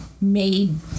made